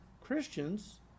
Christians